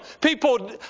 people